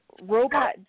robot